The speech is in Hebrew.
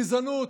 גזענות,